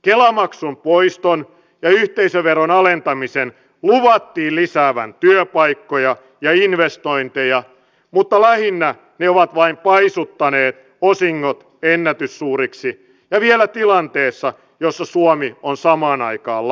kela maksun poiston ja yhteisöveron alentamisen luvattiin lisäävän työpaikkoja ja investointeja mutta lähinnä ne ovat vain paisuttaneet osingot ennätyssuuriksi ja vielä tilanteessa jossa suomi on samaan aikaan lamassa